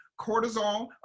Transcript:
cortisol